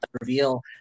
reveal